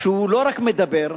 שהוא לא רק מדבר,